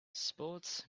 sports